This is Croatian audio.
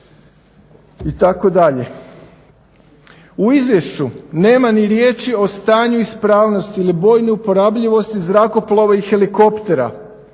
itd. U izvješću nema ni riječi o stanju ispravnosti ili bojnoj uporabljivosti zrakoplova i helikoptera.